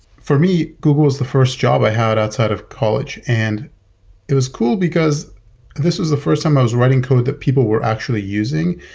for me, google is the first job i had outside of college, and it was cool because this was the first time i was writing code that people were actually using,